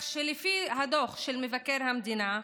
לפי הדוח של מבקר המדינה,